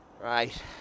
Right